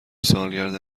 سالگرد